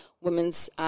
women's –